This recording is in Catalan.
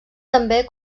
també